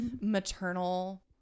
maternal